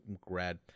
grad